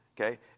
okay